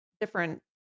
different